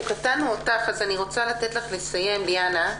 קטענו את ליאנה ואני רוצה לתת לה לסיים את דבריה.